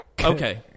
Okay